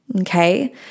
Okay